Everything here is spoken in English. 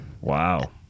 Wow